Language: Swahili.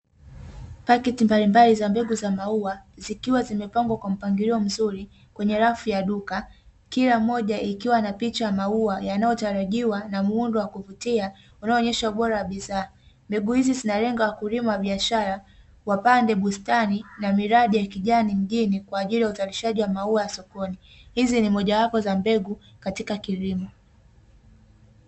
Pakiti mbalimbali za mbegu za maua zikiwa zimepangwa kwa mpangilio mzuri kwenye safu ya duka, Kila Moja ikiwa na picha ya maua yanayotalajiwa na muundo wa kuvutia unaoonyesha ubora wa bidhaa, Mbegu hizi zinalenga wakulima wa biashara wapande bustani na miladi ya kijani mjini kwa ajili ya uzalishaji wa maua ya sokoni hizi ni mojawapo ya mbegu katika kilimo.